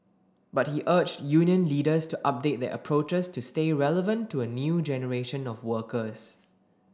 but he urged union leaders to update their approaches to stay relevant to a new generation of workers